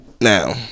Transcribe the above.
Now